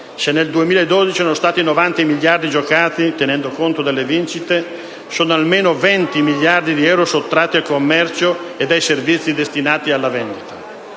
se nel 2012 sono stati 90 i miliardi giocati, tenendo conto delle vincite, sono almeno 20 i miliardi di euro sottratti al commercio ed ai servizi destinati alla vendita.